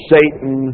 Satan